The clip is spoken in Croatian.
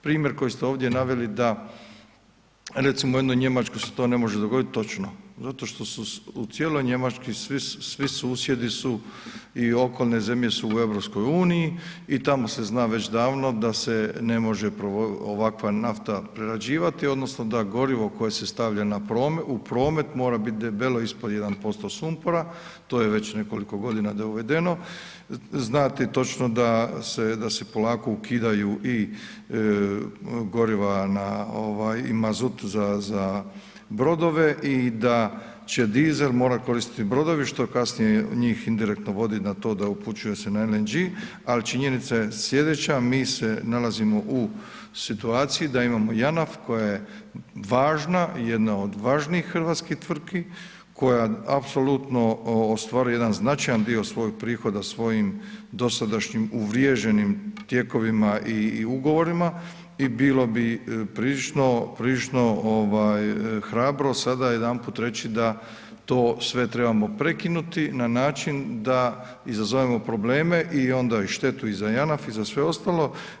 Primjer koji ste ovdje naveli da, recimo u jednoj Njemačkoj se to ne može dogoditi, točno, zato što su, u cijeloj Njemačkoj svi susjedi su i okolne zemlje su u EU i tamo se zna već davno da se ne može ovakva nafta prerađivati odnosno da gorivo koje se stavlja u promet mora biti debelo ispod 1% sumpora, to je već nekoliko godina dovedeno, znati točno da se polako ukidaju i goriva na mazut za brodove i da će dizel morat koristiti brodovi, što kasnije njih indirektno vodi na to da upućuju se na LNG, al činjenica je slijedeća, mi se nalazimo u situaciji da imamo JANAF koja je važna, jedna od važnijih hrvatskih tvrtki koja apsolutno ostvaruje jedan značajan dio svojih prihoda svojim dosadašnjim uvriježenim tijekovima i ugovorima i bilo bi prilično hrabro sada odjedanput reći to sve trebamo prekinuti na način da izazovemo probleme i onda i štetu i za JANAF i za sve ostalo.